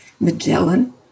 Magellan